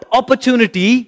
opportunity